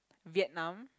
Vietnam